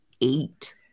eight